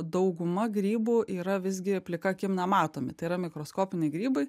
dauguma grybų yra visgi plika akim nematomi tai yra mikroskopiniai grybai